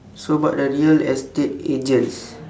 so about the real estate agents